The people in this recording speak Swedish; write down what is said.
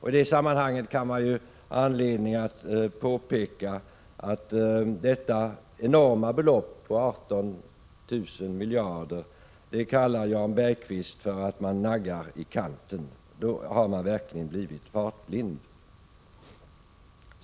I det sammanhanget finns det anledning att påpeka att Jan Bergqvist kallar detta enorma uttag av ca 18 miljarder kronor för att man ”naggar i kanten”. Anser man det har man verkligen blivit fartblind!